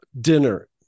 dinner